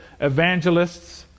evangelists